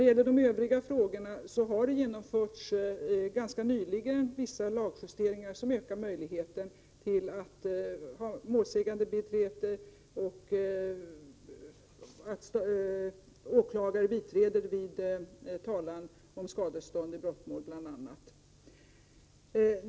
Det har ganska nyligen genomförts vissa lagjusteringar som ökar möjligheten att få målsägarbiträde och åklagare som biträder vid talan om skadestånd i bl.a. brottsmål.